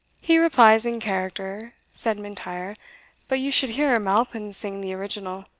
he replies in character, said m'intyre but you should hear malpin sing the original.